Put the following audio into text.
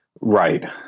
Right